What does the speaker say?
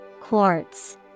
Quartz